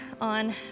on